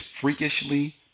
Freakishly